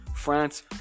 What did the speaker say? France